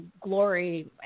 glory